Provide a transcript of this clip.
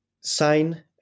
sign